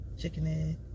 Chickenhead